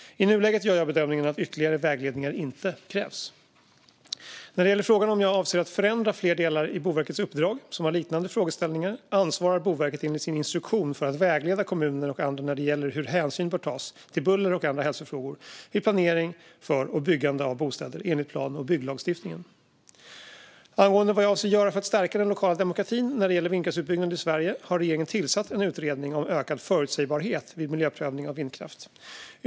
I nuläget gör jag bedömningen att ytterligare vägledningar inte krävs. När det gäller frågan om jag avser att förändra fler delar i Boverkets uppdrag som har liknande frågeställningar ansvarar Boverket enligt sin instruktion för att vägleda kommuner och andra när det gäller hur hänsyn bör tas till buller och andra hälsofrågor vid planering för och byggande av bostäder enligt plan och bygglagstiftningen. Angående vad jag avser att göra för att stärka den lokala demokratin när det gäller vindkraftsutbyggnad i Sverige har regeringen tillsatt en utredning om ökad förutsägbarhet vid miljöprövning av vindkraft.